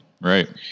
right